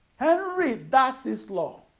henry darcy's law